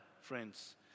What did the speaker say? friends